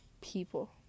people